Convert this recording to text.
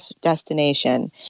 destination